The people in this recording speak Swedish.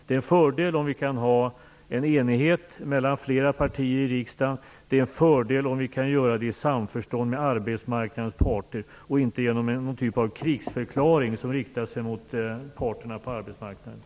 Det är en fördel om vi kan ha enighet mellan flera partier i riksdagen, det är en fördel om vi kan göra det i samförstånd med arbetsmarknadens parter och inte genom någon typ av krigsförklaring som riktar sig mot parterna på arbetsmarknaden.